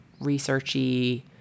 researchy